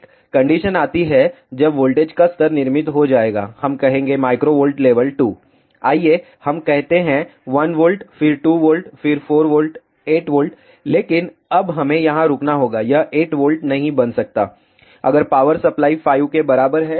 एक कंडीशन आती है जब वोल्टेज का स्तर निर्मित हो जाएगा हम कहेंगे माइक्रोवोल्ट लेवल 2 आइए हम कहते हैं 1 V फिर 2 V फिर 4 V 8 V लेकिन अब हमें यहाँ रुकना होगा यह 8 V नहीं बन सकता अगर पावर सप्लाई 5 के बराबर है